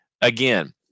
again